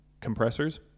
compressors